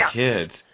kids